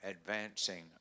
advancing